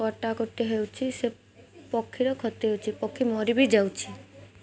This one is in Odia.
କଟା କଟି ହେଉଛି ସେ ପକ୍ଷୀର କ୍ଷତି ହେଉଛି ପକ୍ଷୀ ମରି ବି ଯାଉଛି